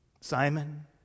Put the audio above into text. Simon